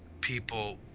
people